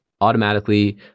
automatically